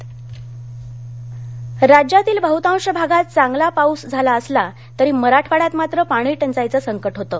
औरंगाबाद राज्यातील बहतांश भागात चांगला पाऊस झाला असला तरी मराठवाड्यात मात्र पाणीटंचाईचं संकट होतं